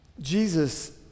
Jesus